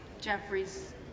Jeffries